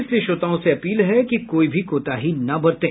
इसलिए श्रोताओं से अपील है कि कोई भी कोताही न बरतें